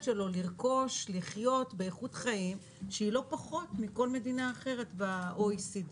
שלו לרכוש ולחיות באיכות חיים שהיא לא פחות מכל מדינה אחרת ב-OECD.